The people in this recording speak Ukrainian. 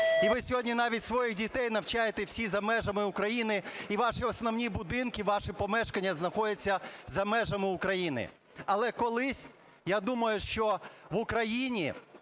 і ви сьогодні навіть своїх дітей навчаєте всі за межами України, і ваші основні будинки, ваші помешкання знаходяться за межами України. Але колись, я думаю, що в Україні